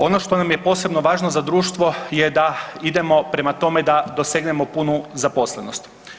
Ono što nam je posebno važno za društvo je da idemo prema tome da dosegnemo punu zaposlenost.